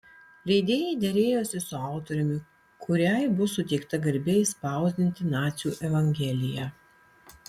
leidėjai derėjosi su autoriumi kuriai bus suteikta garbė išspausdinti nacių evangeliją